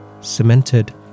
Cemented